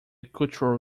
cultural